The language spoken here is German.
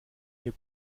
hier